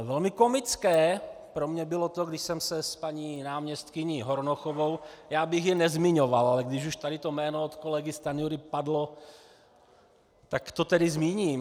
Velmi komické pro mě bylo to, když jsem se s paní náměstkyní Hornochovou já bych ji nezmiňoval, ale když už tady to jméno od kolegy Stanjury padlo, tak to tedy zmíním.